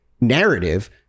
narrative